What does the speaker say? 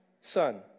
son